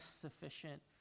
sufficient